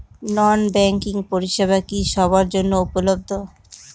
নন banking পরিষেবা কি সবার জন্য উপলব্ধ?